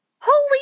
Holy